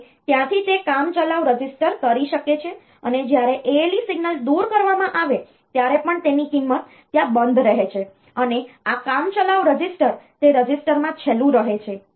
અને ત્યાંથી તે કામચલાઉ રજીસ્ટર કરી શકે છે અને જ્યારે ALE સિગ્નલ દૂર કરવામાં આવે ત્યારે પણ તેની કિંમત ત્યાં બંધ રહે છે અને આ કામચલાઉ રજીસ્ટર તે રજિસ્ટરમાં છેલ્લું રહે છે